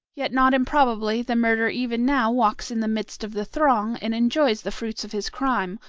yet not improbably the murderer even now walks in the midst of the throng, and enjoys the fruits of his crime,